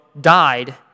died